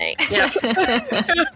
Thanks